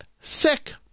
sick